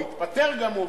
או התפטר גם הוא,